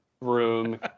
room